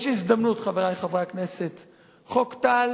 יש הזדמנות, חברי חברי הכנסת, חוק טל